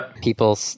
people